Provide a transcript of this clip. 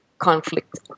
conflict